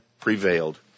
prevailed